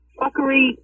fuckery